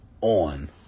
on